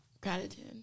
Gratitude